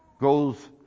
goes